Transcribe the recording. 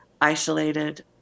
isolated